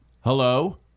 Hello